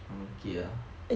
okay ah